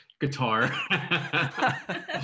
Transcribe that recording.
guitar